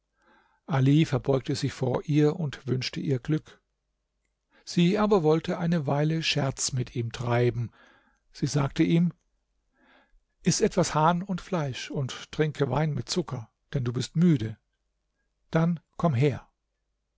ali verbeugte sich vor ihr und wünschte ihr glück sie aber wollte eine weile scherz mit ihm treiben sie sagten ihm iß etwas hahn und fleisch und trinke wein mit zucker denn du bist müde dann komm her